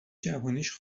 جوونیش